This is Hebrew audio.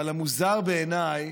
אבל המוזר בעיניי,